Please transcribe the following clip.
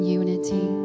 unity